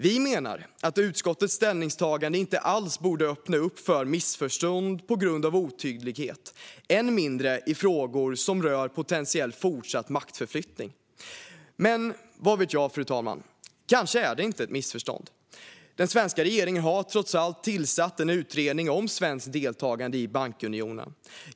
Vi menar att utskottets ställningstagande inte alls borde öppna upp för missförstånd på grund av otydlighet, allra minst i frågor som rör potentiell fortsatt maktförflyttning. Men vad vet jag, fru talman. Kanske är det inte ett missförstånd? Den svenska regeringen har trots allt tillsatt en utredning om svenskt deltagande i bankunionen.